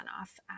off